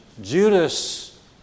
Judas